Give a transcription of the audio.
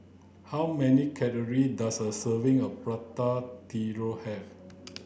how many calories does a serving of Prata Telur have